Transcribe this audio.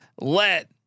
let